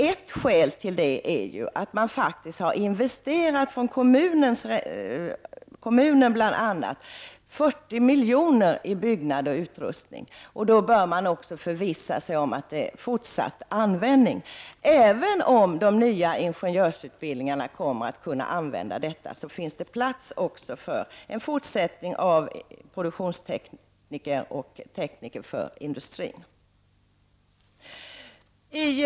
Ett skäl till detta är att bl.a. kommunerna investerat 40 milj.kr. i byggnader och utrustning. Då bör man också förvissa sig om att det blir en fortsatt användning. Även om de nya ingenjörsutbildningarna kommer att kunna utnyttja detta finns det plats också för en fortsättning av utbildningarna till produktionstekniker och tekniker för industrin.